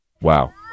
Wow